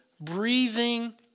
breathing